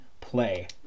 play